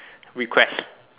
request